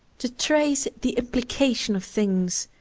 to trace the implication of things,